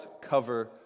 cover